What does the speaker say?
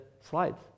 slides